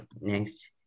next